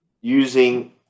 using